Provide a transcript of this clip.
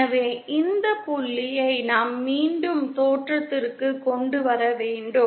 எனவே இந்த புள்ளியை நாம் மீண்டும் தோற்றத்திற்கு கொண்டு வர வேண்டும்